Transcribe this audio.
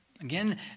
Again